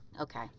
Okay